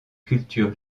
culture